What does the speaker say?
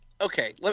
Okay